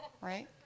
right